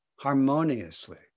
harmoniously